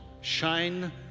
shine